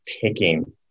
picking